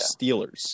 Steelers